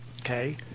okay